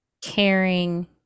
caring